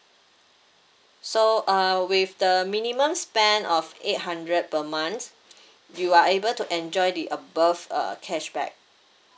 so uh with the minimum spend of eight hundred per month you are able to enjoy the above uh cashback